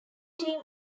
team